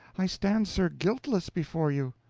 i stand, sir, guiltless before you.